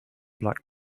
black